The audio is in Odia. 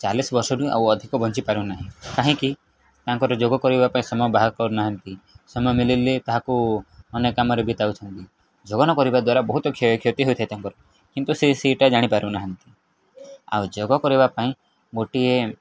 ଚାଳିଶ ବର୍ଷ ବି ଆଉ ଅଧିକ ବଞ୍ଚିପାରୁନାହିଁ କାହିଁକି ତାଙ୍କର ଯୋଗ କରିବା ପାଇଁ ସମୟ ବାହାର କରୁନାହାନ୍ତି ସମୟ ମିଳିଲେ ତାହାକୁ ଅନେକ କାମରେ ବିତାଉଛନ୍ତି ଯୋଗ ନ କରିବା ଦ୍ୱାରା ବହୁତ କ୍ଷୟକ୍ଷତି ହୋଇଥାଏ ତାଙ୍କର କିନ୍ତୁ ସେ ସେଇଟା ଜାଣିପାରୁନାହାନ୍ତି ଆଉ ଯୋଗ କରିବା ପାଇଁ ଗୋଟିଏ